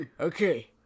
Okay